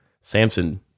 Samson